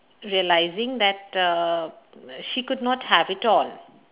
realising that uh she could not have it all